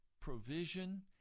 provision